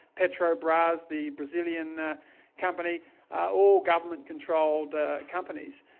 petro bras the brazilian company all government controlled companies.